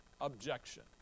Objection